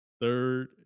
Third